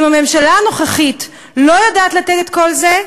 אם הממשלה הנוכחית לא יודעת לתת את כל זה,